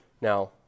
Now